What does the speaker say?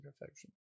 Perfection